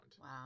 Wow